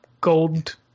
gold